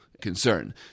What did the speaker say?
concern